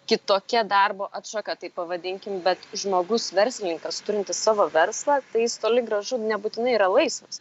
kitokia darbo atšaka taip pavadinkim bet žmogus verslininkas turintis savo verslą tai jis toli gražu nebūtinai yra laisvas